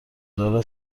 داره